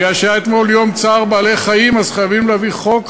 מכיוון שהיה אתמול יום צער בעלי-חיים אז חייבים להביא חוק?